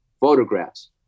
photographs